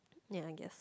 ya I guess